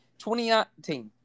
2019